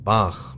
Bach